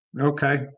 Okay